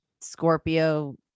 Scorpio